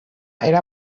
era